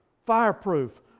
Fireproof